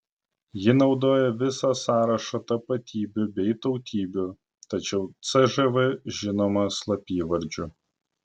ji naudoja visą sąrašą tapatybių bei tautybių tačiau cžv žinoma slapyvardžiu